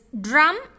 drum